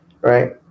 right